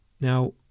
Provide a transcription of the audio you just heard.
Now